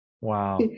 Wow